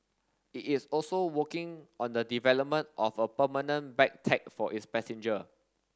it is also working on the development of a permanent bag tag for its passenger